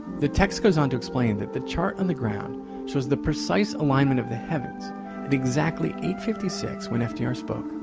the text goes onto explain that the chart on the ground shows the precise alignment of the heavens at exactly eight fifty six when fdr spoke.